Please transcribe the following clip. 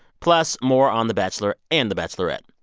plus more on the bachelor and the bachelorette.